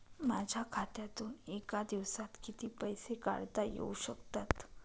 माझ्या खात्यातून एका दिवसात किती पैसे काढता येऊ शकतात?